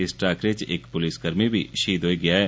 इस टाकरे च इक पुलसकर्मी बी शहीद होई गेआ ऐ